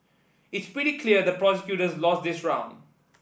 it's pretty clear the prosecutors lost this round